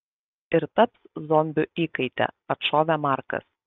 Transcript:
ir taps zombių įkaite atšovė markas